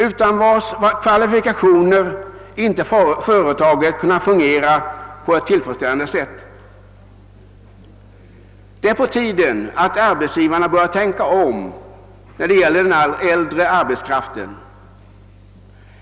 Utan deras kvalifikationer skulle inte företagen kunna funge ra på ett tillfredsställande sätt. Det är på tiden att arbetsgivarna börjar tänka om när det gäller den äldre arbetskraften.